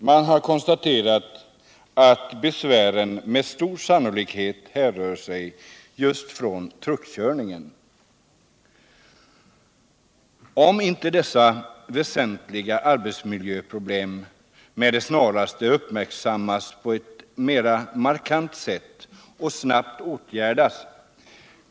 Man har konstaterat att besvären med stor sannolikhet härrör just från truckkörningen. Om inte dessa väsentliga arbetsmiljöproblem med det snaraste uppmärk sammas på et mera markant sätt och snabbt åtgärdas.